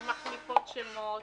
הן מחליפות שמות,